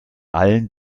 allen